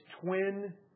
twin